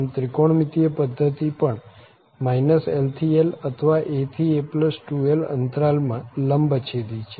આમ ત્રિકોણમિતિય પધ્ધતિ પણ l થી l અથવા a થી a2l અંતરાલ માં લંબછેદી છે